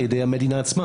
אלא על ידי המדינה עצמה.